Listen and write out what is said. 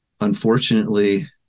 unfortunately